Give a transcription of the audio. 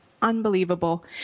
unbelievable